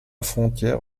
frontière